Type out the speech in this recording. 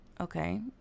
Okay